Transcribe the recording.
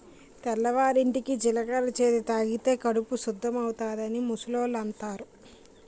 తెల్లవారింటికి జీలకర్ర చేదు తాగితే కడుపు సుద్దవుతాదని ముసలోళ్ళు అంతారు